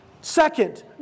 Second